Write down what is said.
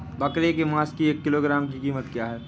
बकरे के मांस की एक किलोग्राम की कीमत क्या है?